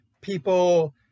people